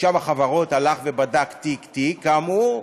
רשם החברות הלך ובדק תיק-תיק, כאמור,